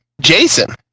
Jason